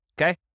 Okay